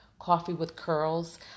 coffeewithcurls